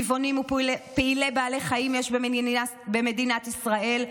טבעונים ופעילי בעלי חיים יש במדינת ישראל,